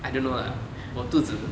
I don't know lah 我肚子